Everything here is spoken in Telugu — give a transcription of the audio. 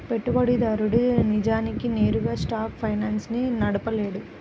పెట్టుబడిదారుడు నిజానికి నేరుగా షార్ట్ ఫైనాన్స్ ని నడపలేడు